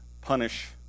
punish